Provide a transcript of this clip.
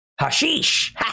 Hashish